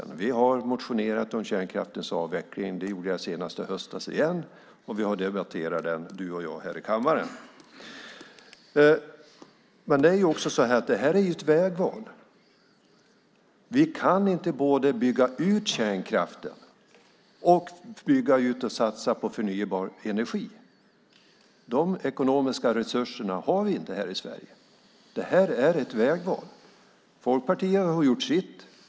Vi har motionerat om kärnkraftens avveckling. Det gjorde jag senast i höstas, och Carl B Hamilton och jag har debatterat frågan i kammaren. Det här är ett vägval. Vi kan inte både bygga ut kärnkraften och bygga ut och satsa på förnybar energi. De ekonomiska resurserna har vi inte i Sverige. Det här är ett vägval. Folkpartiet har gjort sitt.